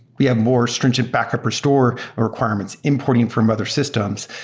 we have more stringent backup restore requirements importing from other systems.